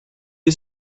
you